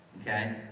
Okay